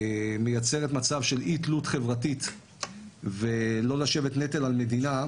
שמייצרת מצב של אי תלות חברתית כדי לא לשבת כנטל על מדינה,